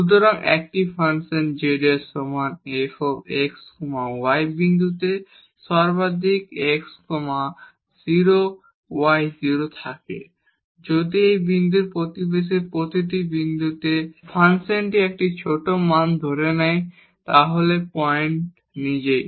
সুতরাং একটি function z সমান f x y বিন্দুতে সর্বাধিক x0 y0 থাকে যদি এই বিন্দুর চারিপাশে প্রতিটি বিন্দুতে ফাংশনটি একটি ছোট মান ধরে নেয় তাহলে সেটা পয়েন্ট নিজেই